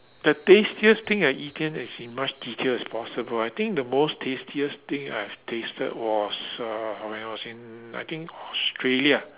the tastiest thing I've eaten is in much detail as possible I think the most tastiest thing I've tasted was uh when I was in I think Australia